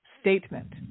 statement